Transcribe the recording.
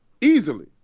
easily